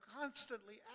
constantly